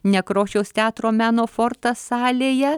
nekrošiaus teatro meno fortas salėje